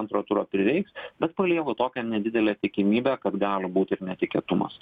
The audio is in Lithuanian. antro turo prireiks bet palieku tokią nedidelę tikimybę kad gali būt ir netikėtumas